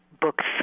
books